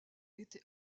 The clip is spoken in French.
était